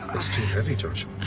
it's too heavy, josh.